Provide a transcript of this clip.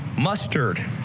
Mustard